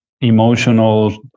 emotional